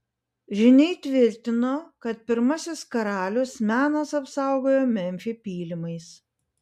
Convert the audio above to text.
žyniai tvirtino kad pirmasis karalius menas apsaugojo memfį pylimais